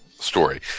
story